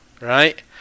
right